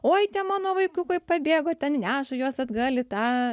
oi tie mano vaikiukui pabėgo ten neša juos atgal į tą